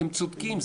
אתם צודקים,